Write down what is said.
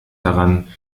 daran